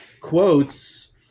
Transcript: quotes